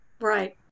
Right